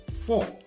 four